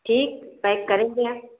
ठीक पैक करें क्या